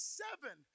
seven